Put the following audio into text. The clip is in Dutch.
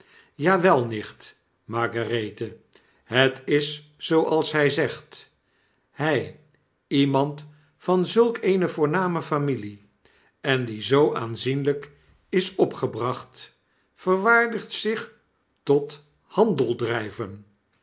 nieht margarethe het is zooals hij zegt hy iemand van zulk eene voorname familie en die zoo aanzienlyk is opgebracht verwaardigt zich tot handeldryven